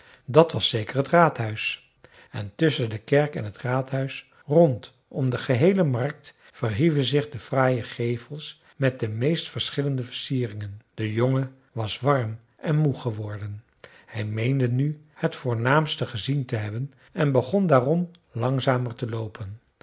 dat was zeker het raadhuis en tusschen de kerk en het raadhuis rond om de geheele markt verhieven zich de fraaie gevels met de meest verschillende versieringen de jongen was warm en moe geworden hij meende nu het voornaamste gezien te hebben en begon daarom langzamer te loopen